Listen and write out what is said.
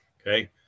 Okay